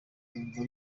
yumva